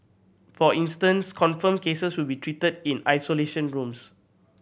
for instance confirmed cases will be treated in isolation rooms